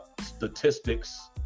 statistics